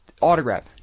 autograph